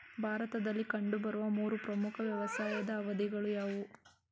ಭಾರತದಲ್ಲಿ ಕಂಡುಬರುವ ಮೂರು ಪ್ರಮುಖ ವ್ಯವಸಾಯದ ಅವಧಿಗಳು ಯಾವುವು?